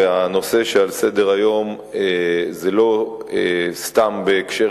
והנושא שעל סדר-היום זה לא סתם בהקשר